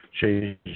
change